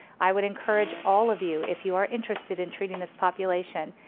i would encourage all of you, if you are interested in treating this population,